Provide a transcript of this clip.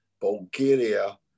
Bulgaria